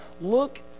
look